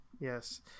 Yes